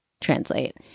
Translate